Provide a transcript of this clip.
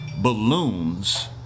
Balloons